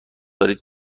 دارید